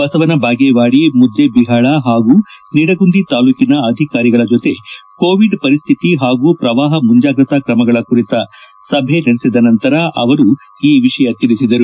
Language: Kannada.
ಬಸವನ ಬಾಗೇವಾಡಿ ಮುದ್ದೇಬಿಹಾಳ ಹಾಗೂ ನಿಡಗುಂದಿ ತಾಲೂಕಿನ ಅಧಿಕಾರಿಗಳ ಜೊತೆ ಕೋವಿಡ್ ಪರಿಸ್ತಿತಿ ಪಾಗೂ ಪ್ರವಾಪ ಮುಂಜಾಗ್ರತಾ ಕ್ರಮಗಳ ಕುರಿತ ಸಭೆ ನಡೆಸಿದ ನಂತರ ಅವರು ಈ ವಿಷಯ ತಿಳಿಸಿದರು